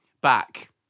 back